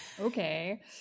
Okay